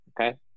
okay